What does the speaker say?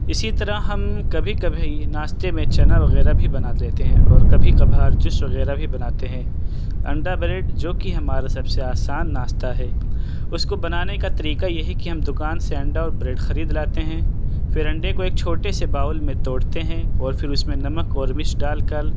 اسی طرح ہم کبھی کبھی ناشتے میں چنا وغیرہ بھی بنا لیتے ہیں اور کبھی کبھار جوس وغیرہ بھی بناتے ہیں انڈا بریڈ جو کہ ہمارا سب سے آسان ناشتہ ہے اس کو بنانے کا طریقہ یہ ہے کہ ہم دوکان سے انڈا اور بریڈ خرید لاتے ہیں پھر انڈے کو ایک چھوٹے سے باؤل میں توڑتے ہیں اور پھر اس میں نمک اور مرچ ڈال کر